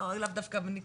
לאו דווקא בניקיון,